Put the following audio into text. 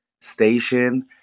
station